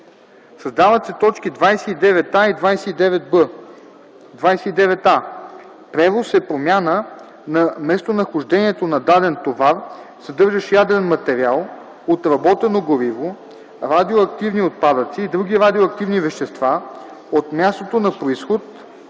създават се точки 29а и 29б: „29а. „Превоз” е промяна на местонахождението на даден товар, съдържащ ядрен материал, отработено гориво, радиоактивни отпадъци и други радиоактивни вещества, от мястото на произход